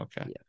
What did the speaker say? okay